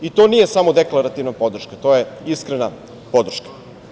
I to nije samo deklarativna podrška, to je iskrena podrška.